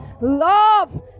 love